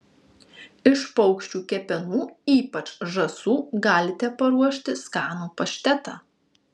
iš paukščių kepenų ypač žąsų galite paruošti skanų paštetą